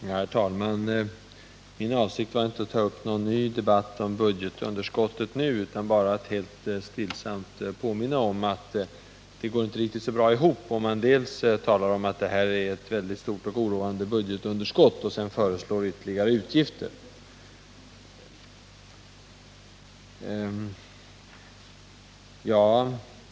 Herr talman! Min avsikt var inte att ta upp någon ny debatt om budgetunderskottet nu, utan bara att helt stillsamt påminna om att det går inte så bra ihop om man dels talar om att det är ett mycket stort och oroande budgetunderskott, dels föreslår ytterligare utgifter.